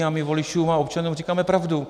A my voličům a občanům říkáme pravdu.